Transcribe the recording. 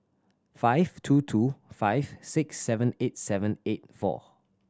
five two two five six seven eight seven eight four